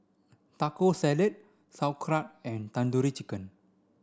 Taco Salad Sauerkraut and Tandoori Chicken